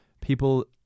people